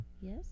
yes